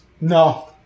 No